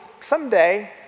someday